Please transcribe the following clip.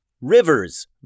Rivers